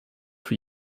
für